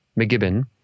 McGibbon